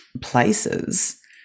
places